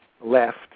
left